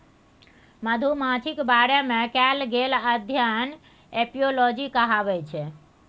मधुमाछीक बारे मे कएल गेल अध्ययन एपियोलाँजी कहाबै छै